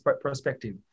Perspective